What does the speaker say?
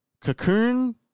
Cocoon